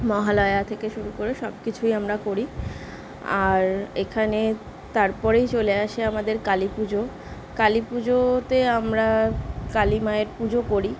মহালয়া থেকে শুরু করে সব কিছুই আমরা করি আর এখানে তার পরেই চলে আসে আমাদের কালী পুজো কালী পুজোতে আমরা কালী মায়ের পুজো করি